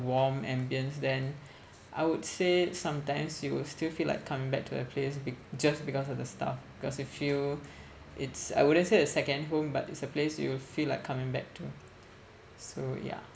warm ambience then I would say sometimes you will still feel like coming back to that place be~ just because of the staff because you feel it's I wouldn't say a second home but it's a place you will feel like coming back to so yeah